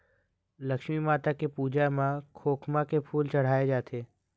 लक्छमी माता के पूजा म खोखमा के फूल चड़हाय जाथे